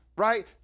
right